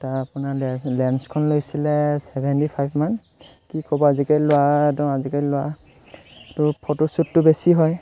তাৰ আপোনাৰ লেন্সখন লৈছিলে চেভেণ্টি ফাইভমান কি ক'ব আজিকালি ল'ৰা তো আজিকালি ল'ৰা তো ফটো শ্বুটটো বেছি হয়